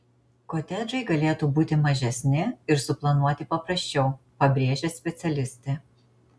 kotedžai galėtų būti mažesni ir suplanuoti paprasčiau pabrėžia specialistė